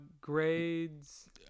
grades